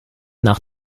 nach